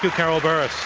carol bur